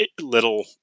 little